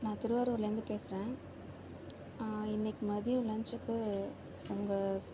நான் திருவாரூர்லேருந்து பேசுகிறேன் இன்னைக்கி மதியம் லஞ்சுக்கு அவங்க